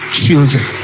children